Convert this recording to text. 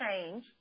change